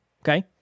Okay